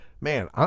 Man